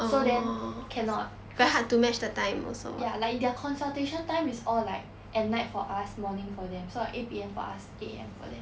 so then cannot cause ya like their consultation time is all like at night for us morning for them so like eight P_M for us eight A_M for them